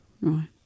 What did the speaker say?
Right